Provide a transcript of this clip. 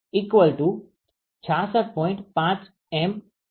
5m છે